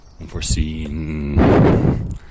unforeseen